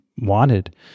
wanted